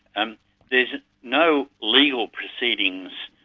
and there's no legal proceedings